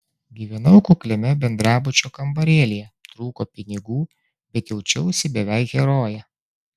gyvenau kukliame bendrabučio kambarėlyje trūko pinigų bet jaučiausi beveik heroje